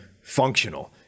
Functional